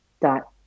dot